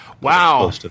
Wow